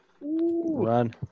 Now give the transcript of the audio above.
Run